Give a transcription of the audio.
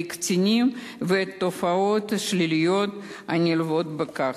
קטינים ואת התופעות השליליות הנלוות לכך.